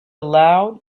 loud